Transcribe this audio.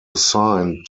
assigned